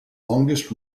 longest